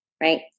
right